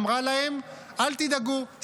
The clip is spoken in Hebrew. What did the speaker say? אמרה להם: אל תדאגו,